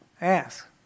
Ask